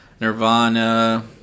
Nirvana